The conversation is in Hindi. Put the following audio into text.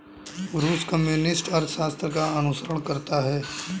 रूस कम्युनिस्ट अर्थशास्त्र का अनुसरण करता है